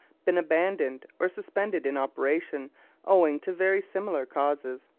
been abandoned or suspended in operation owing to very similar causes.